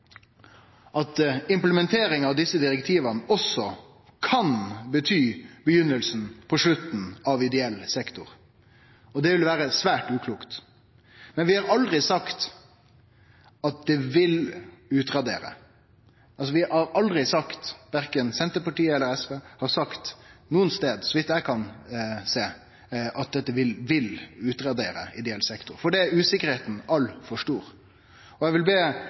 at implementeringa av desse direktiva også kan bety byrjinga på slutten for ideell sektor – og det vil vere svært uklokt. Men vi har aldri sagt at det vil utradere. Vi har aldri sagt, verken Senterpartiet eller SV, nokon plass, så vidt eg kan sjå, at dette vil utradere ideell sektor. Til det er usikkerheita altfor stor. Eg vil be